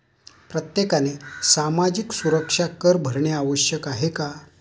प्रत्येकाने सामाजिक सुरक्षा कर भरणे आवश्यक आहे का?